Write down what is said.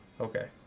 Okay